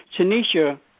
Tanisha